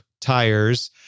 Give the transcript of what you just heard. tires